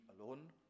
alone